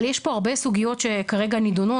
אבל יש פה הרבה סוגיות שכרגע נידונות,